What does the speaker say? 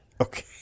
Okay